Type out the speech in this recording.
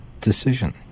decision